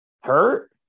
hurt